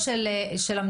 או של המדינה?